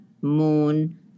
moon